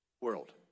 world